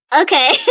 Okay